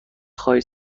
خواهید